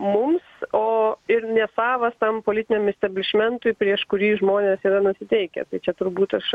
mums o ir nesavas tam politiniam isteblišmentui prieš kurį žmonės yra nusiteikę tai čia turbūt aš